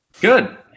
Good